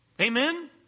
Amen